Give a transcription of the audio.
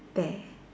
there